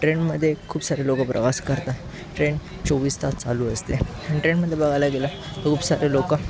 ट्रेनमध्ये खूप सारे लोकं प्रवास करतात ट्रेन चोवीस तास चालू असते ट्रेनमध्ये बघायला गेलं तर खूप सारे लोकं